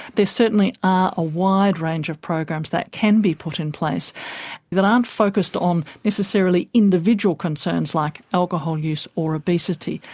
certainly are a wide range of programs that can be put in place that aren't focussed on necessarily individual concerns like alcohol use or obesity,